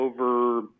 over